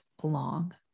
belong